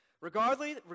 Regardless